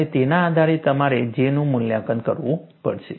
અને તેના આધારે તમારે J નું મૂલ્યાંકન કરવું પડશે